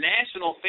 National